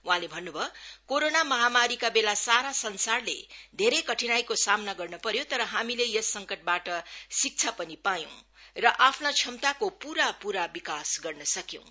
वहाँले भन्नुभयो कोरोना महामारीका बेला सारा संसारले धेरै कठिनाईको सामना गर्न पर्यो तर हामीले यस संकटबाट शिक्षा पनि पायौं र आफ्ना क्षमताको पूरापूरा विकास गर्न सक्यौं